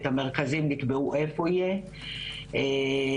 נקבעו איפה יהיו המרכזים,